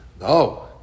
No